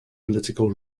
political